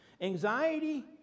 Anxiety